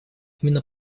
именно